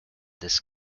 this